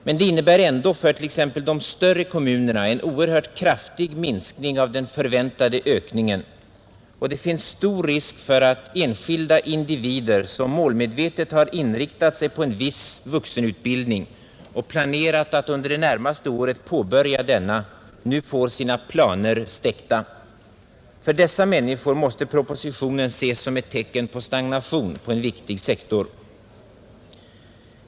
Men det innebär ändå för t.ex. de större kommunerna en oerhört kraftig minskning av den förväntade ökningen, och det finns stor risk för att enskilda individer, som målmedvetet inriktat sig på en viss vuxenutbildning och planerat att under det närmaste året påbörja denna, nu får sina planer helt stäckta. För dessa människor måste propositionen ses som ett tecken på stagnation på en viktig sektor.